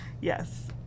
Yes